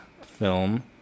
film